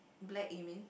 black it mean